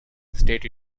state